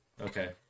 Okay